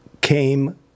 Came